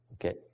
Okay